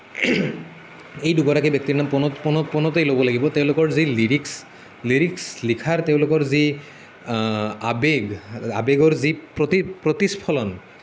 এই দুগৰাকী ব্যক্তিৰ নাম পোনতেই ল'ব লাগিব তেওঁলোকৰ যি লিৰিক্স লিৰিক্স লিখাৰ তেওঁলোকৰ যি আৱেগ আৱেগৰ যি প্ৰতি প্ৰতিস্ফলন